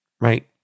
right